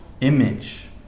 image